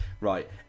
Right